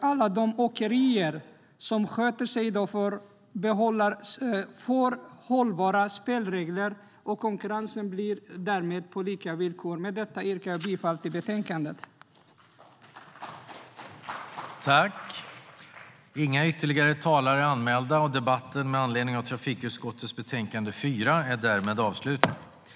Alla de åkerier som sköter sig i dag får hållbara spelregler och därmed konkurrens på lika villkor. Med detta yrkar jag bifall till förslaget i betänkandet.